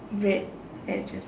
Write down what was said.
red edges